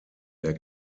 der